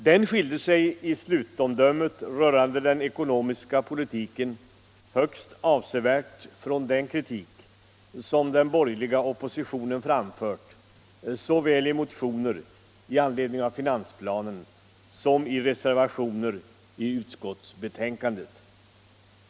Den skilde sig i stutomdömet rörande den ekonomiska politiken högst avsevärt från den kritik som den borgerliga oppositionen framfört såväl i motioner i anledning av finansplanen som i reservationer vid utskottsbetänkandet.